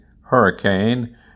hurricane